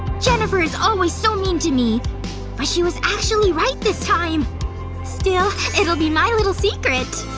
jennifer is always so mean to me but she was actually right, this time still. it'll be my little secret